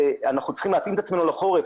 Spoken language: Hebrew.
אנחנו צריכים להתאים את עצמנו לחורף,